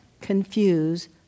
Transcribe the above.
confuse